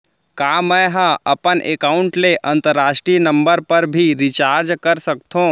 का मै ह अपन एकाउंट ले अंतरराष्ट्रीय नंबर पर भी रिचार्ज कर सकथो